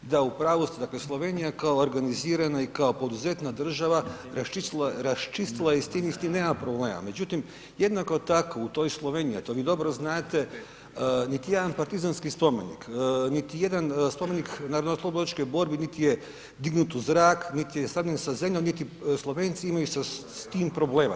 Da u pravu ste da Slovenija kao organizirana i kao poduzetna država raščistila je i s tim, i s tim nema problema, međutim jednako tako u toj Sloveniji, a to vi dobro znate niti jedan partizanski spomenik, niti jedan spomenik narodnooslobodilačkoj borbi niti je dignut u zrak, niti je sravnjen sa zemljom, niti Slovenci imaju sa tim problema.